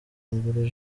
mbere